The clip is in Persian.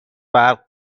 برق